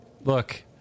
look